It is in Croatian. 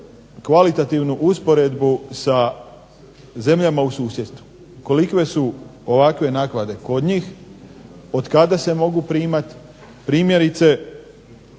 kvalitativnu usporedbu sa zemljama u susjedstvu kolike su ovakve naknade kod njih, od kada se mogu primat. Primjerice,